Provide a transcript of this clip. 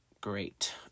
Great